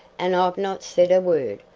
and i've not said a word.